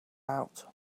out